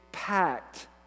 Packed